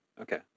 Okay